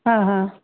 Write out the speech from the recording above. हा हा